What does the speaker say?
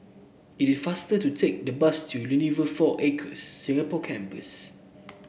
it is faster to take the bus to Unilever Four Acres Singapore Campus